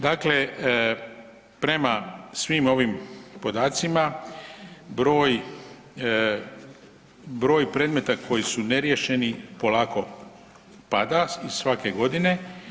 Dakle, prema svim ovim podacima, broj, broj predmeta koji su neriješeni polako pada iz svake godine.